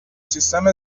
سیستم